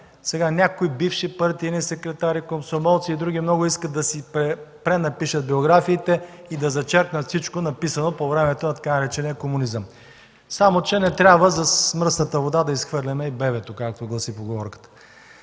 г. Някои бивши партийни секретари, комсомолци и други много искат да си пренапишат биографиите и да зачеркнат всичко написано по времето на така наречения „комунизъм”. Само че не трябва с мръсната вода да изхвърляме и бебето, както гласи поговорката.